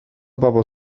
bobl